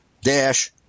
dash